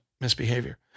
misbehavior